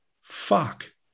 Fuck